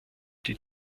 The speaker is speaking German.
die